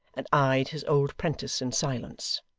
and eyed his old prentice in silence.